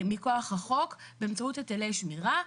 באמצעות היטלי שמירה.